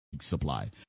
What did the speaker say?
supply